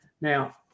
Now